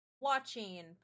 watching